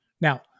Now